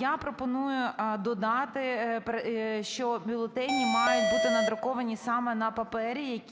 Я пропоную додати, що бюлетені мають бути надруковані саме на папері,